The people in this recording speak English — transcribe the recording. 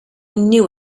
knew